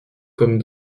comme